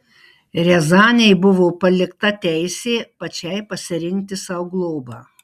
riazanei buvo palikta teisė pačiai pasirinkti sau globą